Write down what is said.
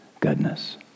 goodness